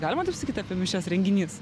galima taip sakyt apie mišias renginys